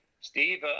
Steve